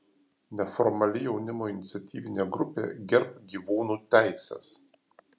neformali jaunimo iniciatyvinė grupė gerbk gyvūnų teises